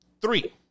three